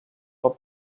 for